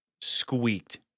squeaked